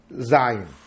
Zion